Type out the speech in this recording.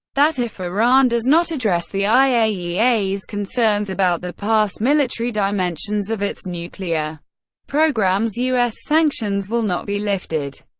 that if iran does not address the iaea's concerns about the past military dimensions of its nuclear programs, u s. sanctions will not be lifted.